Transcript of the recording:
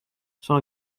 sono